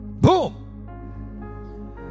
Boom